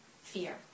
fear